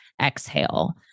exhale